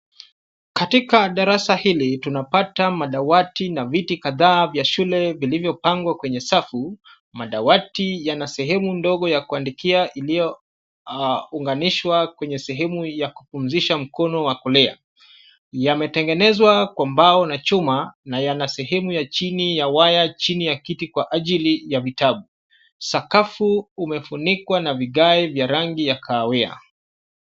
Katika darasa hili tunapata madawati na viti kadhaa vya shule vilivyopangwa kwenye safu. Madawati yana sehemu ndogo ya kuandikia iliyounganishwa kwenye sehemu ya kupumzisha mkono wa kulia. Yametengenezwa kwa mbao na chuma na yana sehemu ya chini ya waya chini ya kiti kwa ajili ya vitabu. Sakafu umefunikwa na vigae vya rangi ya kahawia.